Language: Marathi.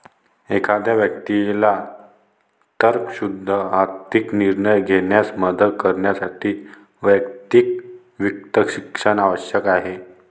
एखाद्या व्यक्तीला तर्कशुद्ध आर्थिक निर्णय घेण्यास मदत करण्यासाठी वैयक्तिक वित्त शिक्षण आवश्यक आहे